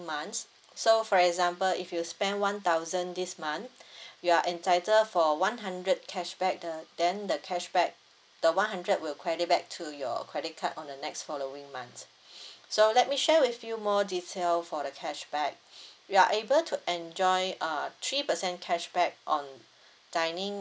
months so for example if you spend one thousand this month you are entitled for one hundred cashback the then the cashback the one hundred will credit back to your credit card on the next following months so let me share with you more detail for the cashback you are able to enjoy uh three percent cashback on dining